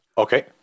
Okay